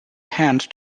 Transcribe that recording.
hand